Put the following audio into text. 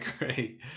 agree